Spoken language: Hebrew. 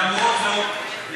למרות זאת,